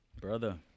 Brother